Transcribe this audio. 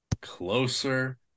closer